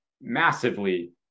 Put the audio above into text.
massively